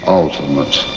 ultimate